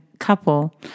couple